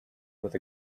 with